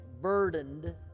burdened